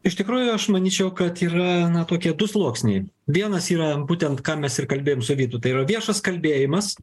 iš tikrųjų aš manyčiau kad yra tokie du sluoksniai vienas yra būtent ką mes ir kalbėjom su vytu tai yra viešas kalbėjimas